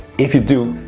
if you do,